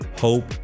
hope